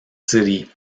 city